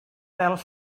fel